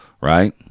Right